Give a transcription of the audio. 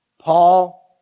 Paul